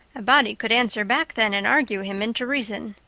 a body could answer back then and argue him into reason.